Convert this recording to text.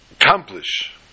accomplish